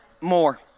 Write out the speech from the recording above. More